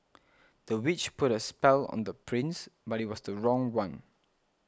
the witch put a spell on the prince but it was the wrong one